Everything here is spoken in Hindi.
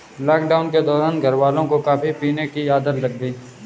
लॉकडाउन के दौरान घरवालों को कॉफी पीने की आदत लग गई